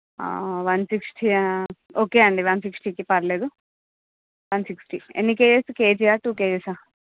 one sixty ఆ okay అండి one sixty కి పర్లేదు వన్ సిక్స్టీ ఎన్ని కేజెస్ కేజీ ఆ టూ కేజస్ ఆ